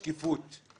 שקיפות.